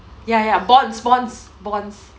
ya ya bonds bonds bonds